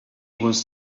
was